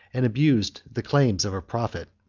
and abused the claims of a prophet.